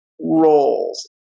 roles